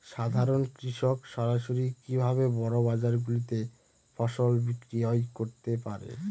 সাধারন কৃষক সরাসরি কি ভাবে বড় বাজার গুলিতে ফসল বিক্রয় করতে পারে?